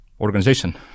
organization